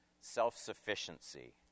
self-sufficiency